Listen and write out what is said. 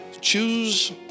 Choose